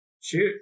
Shoot